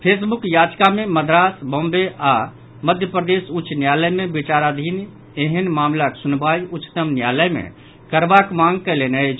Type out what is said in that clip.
Facebook याचिका मे मद्रास बाम्बे आओर मध्यप्रदेश उच्च न्यायालय मे विचाराधीन एहेन मामिलाक सुनवाई उच्चतम न्यायालय मे करबाक मांग कयलनि अछि